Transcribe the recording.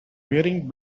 wearing